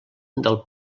del